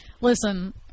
Listen